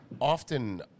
Often